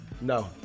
No